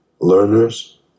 learners